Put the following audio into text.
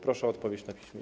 Proszę o odpowiedź na piśmie.